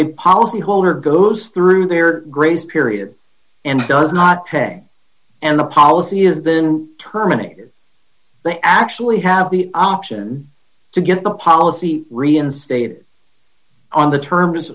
the policy holder goes through their grace period and does not pay and the policy is than terminated they actually have the option to get the policy reinstated on the terms